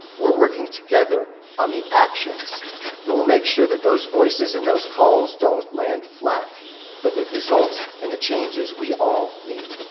we're working together on the actions that will make sure that those voices and those calls don't land flat but that result in the changes we all need.